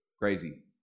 crazy